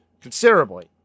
considerably